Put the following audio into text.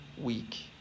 week